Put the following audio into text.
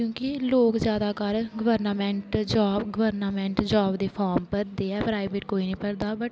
क्योकि लोक ज्यादातर गवर्नमेंट जाॅव गवर्नामेंट जाॅव दे फार्म भरदे ऐ प्राइवेट कोई नेई भरदा बट